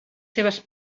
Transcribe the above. seves